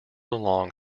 along